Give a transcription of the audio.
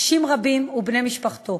אישים רבים ובני המשפחה.